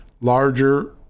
larger